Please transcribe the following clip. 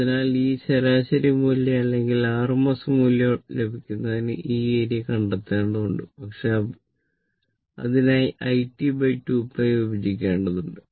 അതിനാൽ ഈ ശരാശരി മൂല്യം അല്ലെങ്കിൽ RMS മൂല്യം ലഭിക്കുന്നതിന് ഈ ഏരിയ കണ്ടെത്തേണ്ടതുണ്ട് പക്ഷേ അതിനായി iT 2π വിഭജിക്കേണ്ടതുണ്ട്